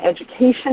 education